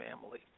family